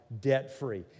debt-free